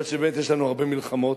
מכיוון שבאמת יש לנו הרבה מלחמות,